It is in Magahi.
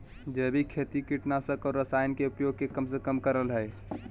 जैविक खेती कीटनाशक और रसायन के उपयोग के कम से कम करय हइ